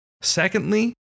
Secondly